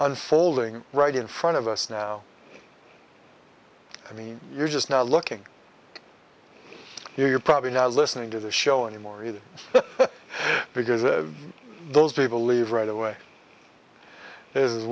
unfolding right in front of us now i mean you're just now looking here you're probably not listening to the show anymore either because those people leave right away is